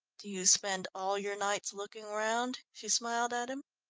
do you spend all your nights looking round? she smiled at him.